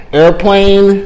airplane